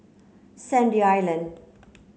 Sandy Island